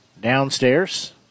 downstairs